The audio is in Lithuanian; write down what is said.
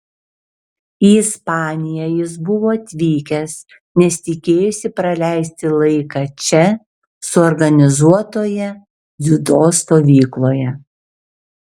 į ispaniją jis buvo atvykęs nes tikėjosi praleisti laiką čia suorganizuotoje dziudo stovykloje